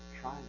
Try